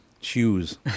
shoes